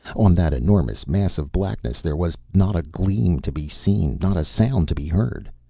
on that enormous mass of blackness there was not a gleam to be seen, not a sound to be heard.